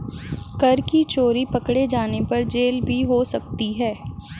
कर की चोरी पकडे़ जाने पर जेल भी हो सकती है